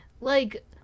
like-